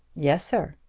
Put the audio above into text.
yes, sir.